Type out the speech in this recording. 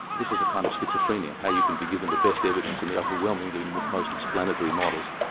this is a kind of schizophrenia, how you can be given the best evidence and the overwhelmingly most explanatory models,